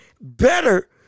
better